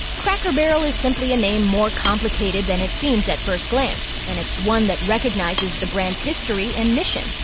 cracker barrel is simply a name more complicated than it seems at first glance, and it's one that recognizes the brand's history and mission.